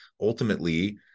ultimately